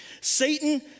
Satan